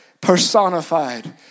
personified